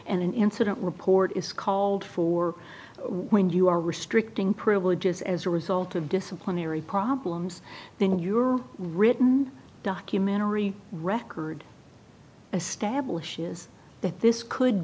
an incident report is called for when you are restricting privileges as a result of disciplinary problems then your written documentary record establishes that this could